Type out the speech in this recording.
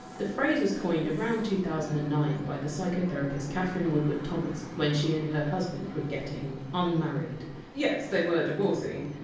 the phrase was coined around two thousand and nine by the psychotherapist katherine woodward thomas when she and her husband were getting unmarried yes, they were divorcing,